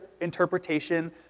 interpretation